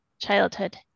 childhood